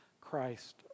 Christ